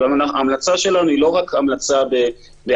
ההמלצה שלנו היא לא רק המלצה בעלמא,